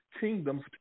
kingdoms